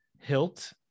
hilt